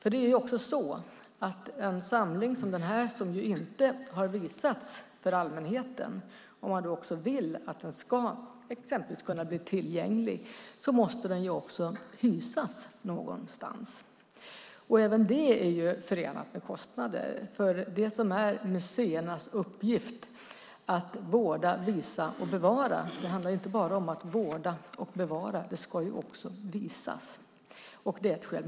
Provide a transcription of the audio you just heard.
Om man också vill att en samling som den här, som inte har visats för allmänheten, ska bli tillgänglig, då måste den hysas någonstans. Även det är förenat med kostnader. Museernas uppgift är att vårda, visa och bevara - det handlar inte bara om att vårda och bevara utan det ska också visas. Det är ett skäl.